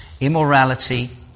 immorality